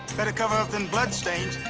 better cover up them bloodstains.